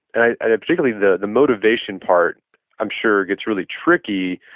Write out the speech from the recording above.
and ah ah particularly the the motivation part i'm sure gets really tricky,